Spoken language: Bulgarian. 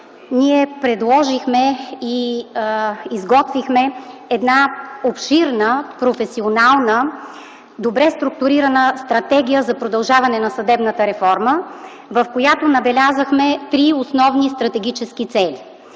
ние предложихме и изготвихме една обширна, професионална, добре структурирана Стратегия за продължаване на съдебната реформа, в която набелязахме три основни стратегически цели,